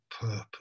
purpose